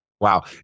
Wow